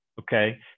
Okay